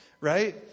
Right